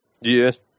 Yes